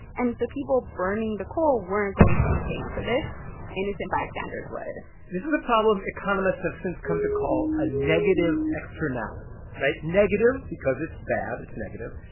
and the people burning the coal weren't going to be paying for this innocent bystanders would this is a problem economists have since come to call a negative externality, right? negative because it's bad. it's negative.